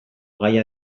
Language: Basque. gaia